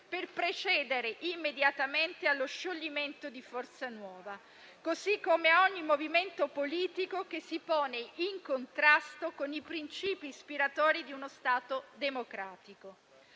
per procedere immediatamente allo scioglimento di Forza Nuova, così come di ogni movimento politico che si ponga in contrasto con i principi ispiratori di uno Stato democratico.